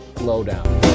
Lowdown